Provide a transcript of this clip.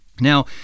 Now